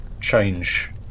change